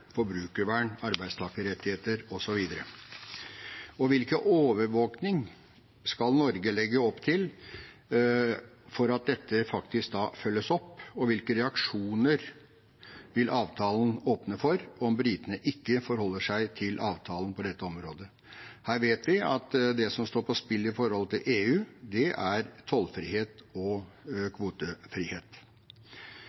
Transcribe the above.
forbrukervern, arbeidstakerrettigheter osv. Hvilken overvåkning skal Norge legge opp til for at dette faktisk følges opp, og hvilke reaksjoner vil avtalen åpne for om britene ikke forholder seg til avtalen på dette området? Her vet vi at det som står på spill med tanke på EU, er tollfrihet og